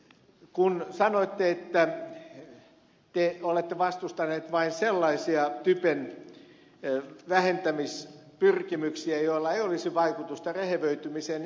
sanoitte että te olette vastustaneet vain sellaisia typen vähentämispyrkimyksiä joilla ei olisi vaikutusta rehevöitymiseen